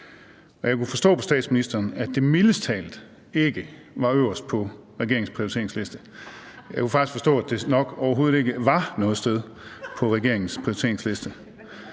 jeg kunne forstå på statsministeren, at det mildest talt ikke var øverst på regeringens prioriteringsliste. Jeg kunne faktisk forstå, at det nok overhovedet ikke var noget sted på regeringens prioriteringsliste.